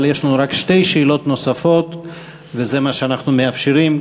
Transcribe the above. אבל יש לנו רק שתי שאלות נוספות וזה מה שאנחנו מאפשרים.